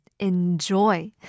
Enjoy